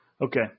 Okay